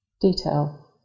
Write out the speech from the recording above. detail